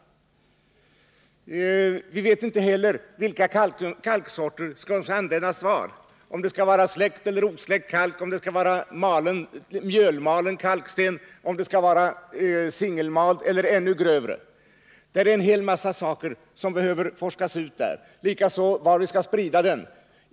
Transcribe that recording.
Vi vet inte heller vilka kalksorter som skall användas var, om det skall vara släckt eller osläckt kalk, om det skall vara mjölmalen kalksten, om det skall vara singelmald eller ännu grövre kalk. Det är en hel mängd saker som behöver utforskas. Likaså gäller frågan var vi skall sprida kalken.